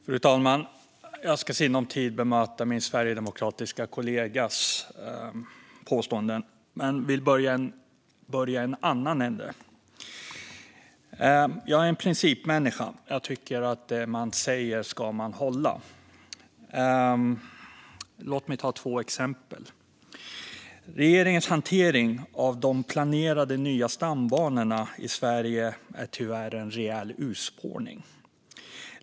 Fru talman! Jag ska i sinom tid bemöta min sverigedemokratiska kollegas påståenden, men jag vill börja i en annan ände. Jag är en principmänniska och tycker att det man säger, det ska man hålla. Låt mig ta två exempel. Regeringens hantering av de planerade nya stambanorna i Sverige är tyvärr en rejäl urspårning.